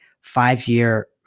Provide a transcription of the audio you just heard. five-year